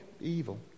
evil